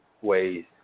ways